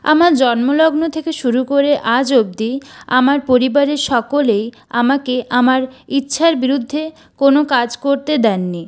আমার জন্মলগ্ন থেকে শুরু করে আজ অবধি আমার পরিবারের সকলেই আমাকে আমার ইচ্ছার বিরুদ্ধে কোনো কাজ করতে দেননি